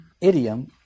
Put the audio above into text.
idiom